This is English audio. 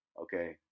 okay